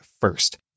first